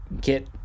get